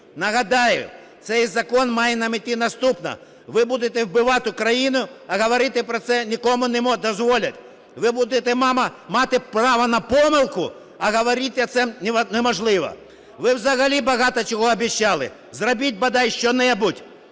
Нагадаю, цей закон має на меті наступне: ви будете вбивати країну, а говори про це нікому не дозволять, ви будете мати право на помилку, а говорити це неможливо. Ви взагалі багато чого обіцяли. Зробіть, бодай що-небудь!